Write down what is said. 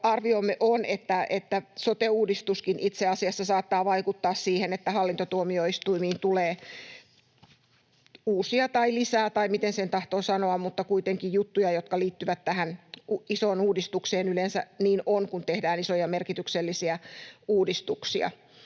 arviomme on, että sote-uudistuskin itse asiassa saattaa vaikuttaa siten, että hallintotuomioistuimiin tulee uusia tai lisää tai miten sen tahtoo sanoa, kuitenkin juttuja, jotka liittyvät tähän isoon uudistukseen — yleensä niin on, kun tehdään isoja, merkityksellisiä uudistuksia.